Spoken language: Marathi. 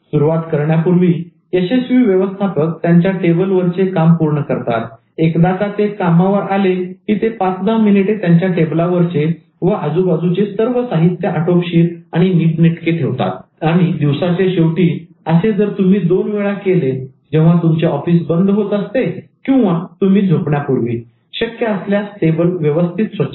सुरुवात करण्यापूर्वी यशस्वी व्यवस्थापक त्यांच्या टेबलवरचे काम पूर्ण करतात एकदा का ते कामावर आले की ते पाच दहा मिनिटे त्यांच्या टेबलावरचे व आजूबाजूचे सर्व साहित्य आटोपशीर आणि नीटनेटके ठेवतात आणि दिवसाच्या शेवटी असे जर तुम्ही दोन वेळा केले जेव्हा तुमचे ऑफिस बंद होत असते किंवा तुम्ही झोपण्यापूर्वी शक्य असल्यास टेबल व्यवस्थित स्वच्छ करा